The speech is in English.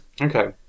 Okay